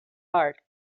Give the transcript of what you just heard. art